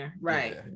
Right